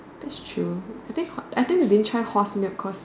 that's true I think you didn't try horse milk cause